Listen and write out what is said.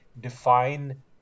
define